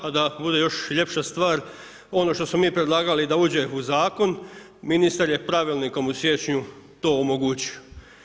A da bude još ljepša stvar, ono što smo mi predlagali da uđe u zakon, ministar je pravilnikom u siječnju to omogućio.